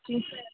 ٹھیک ہے